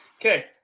okay